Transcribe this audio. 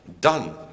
done